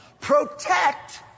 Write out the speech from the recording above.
protect